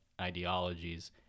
ideologies